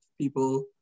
people